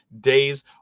days